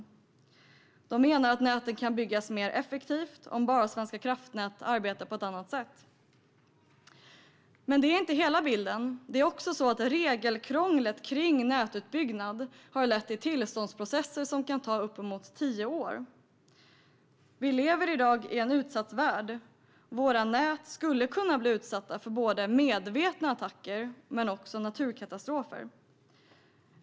Riksrevisionen menar att näten kan byggas mer effektivt om Svenska kraftnät bara arbetar på ett annat sätt. Detta är dock inte hela bilden. Regelkrånglet kring nätutbyggnad har lett till tillståndsprocesser som kan ta uppemot tio år. Vi lever i dag i en utsatt värld. Våra nät kan utsättas för både medvetna attacker och naturkatastrofer.